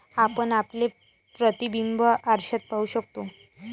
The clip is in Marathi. आपण आपले प्रतिबिंब आरशात पाहू शकतो